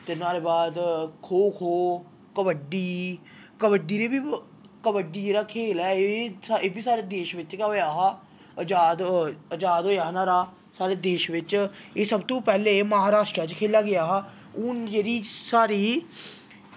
ते नाह्ड़े बाद खो खो कबड्डी कबड्डी दे बी कबड्डी जेह्ड़ा खेल ऐ एह् बी साढ़े देश बिच्च गै होआ हा अजाद अजाद होआ हा नोहाड़ा साढ़े देश बिच्च एह् सब तू पैह्ले महाराष्ट्रा च खेलेआ गेआ हा हून जेह्ड़ी साढ़ी